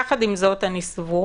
יחד עם זאת אני סבורה,